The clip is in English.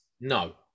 No